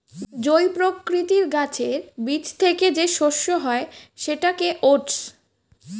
জই প্রকৃতির গাছের বীজ থেকে যে শস্য হয় সেটাকে ওটস